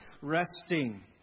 resting